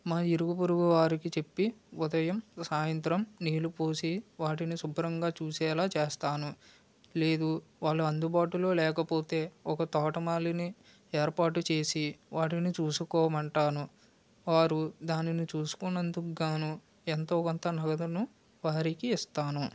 మా ఇరుగు పొరుగు వారికి చెప్పి ఉదయం సాయంత్రం నీళ్ళు పోసి వాటిని శుభ్రంగా చూసేలా చేస్తాను లేదు వాళ్ళు అందుబాటులో లేకపోతే ఒక తోటమాలిని ఏర్పాటు చేసి వాటిని చూసుకోమంటాను వారు దానిని చూసుకున్నందుకు గాను ఎంతో కొంత నగదును వారికి ఇస్తాను